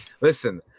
Listen